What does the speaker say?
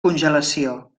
congelació